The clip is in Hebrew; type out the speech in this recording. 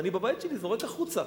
אני בבית שלי זורק החוצה.